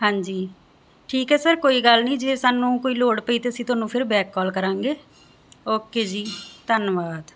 ਹਾਂਜੀ ਠੀਕ ਹ ਸਰ ਕੋਈ ਗੱਲ ਨਹੀਂ ਜੇ ਸਾਨੂੰ ਕੋਈ ਲੋੜ ਪਈ ਤੇ ਅਸੀਂ ਤੁਹਾਨੂੰ ਫਿਰ ਬੈਕ ਕਾਲ ਕਰਾਂਗੇ ਓਕੇ ਜੀ ਧੰਨਵਾਦ